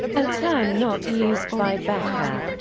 a term not used by bekker.